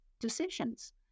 decisions